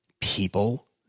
People